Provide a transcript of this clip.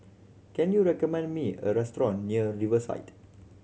can you recommend me a restaurant near Riverside